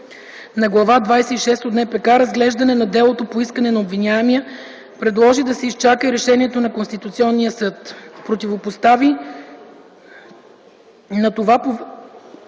на Глава 26 от НПК „Разглеждане на делото по искане на обвиняемия” предложи да се изчака решението на Конституционния съд. Категорично се противопостави на това повереникът